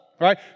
right